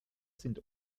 sind